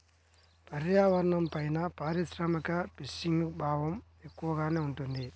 పర్యావరణంపైన పారిశ్రామిక ఫిషింగ్ ప్రభావం ఎక్కువగానే ఉంటుంది